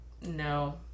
no